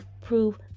prove